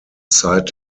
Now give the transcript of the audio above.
zeit